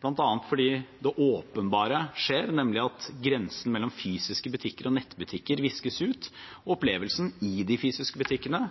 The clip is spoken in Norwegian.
bl.a. fordi det åpenbare skjer, nemlig at grensen mellom fysiske butikker og nettbutikker viskes ut, og opplevelsen i de fysiske butikkene